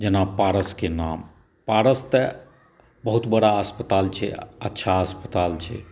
जेना पारसके नाम पारस तऽ बहुत बड़ा अस्पताल छै अच्छा अस्पताल छै